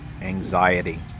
anxiety